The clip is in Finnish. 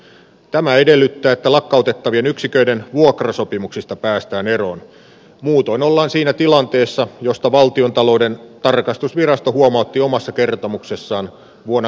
tämä edellyttää että lakkautettavien yksiköiden vuokrasopimuksista päästään eroon muutoin ollaan siinä tilanteessa josta valtiontalouden tarkastusvirasto huomautti omassa kertomuksessaan vuonna